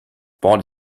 bought